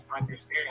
understand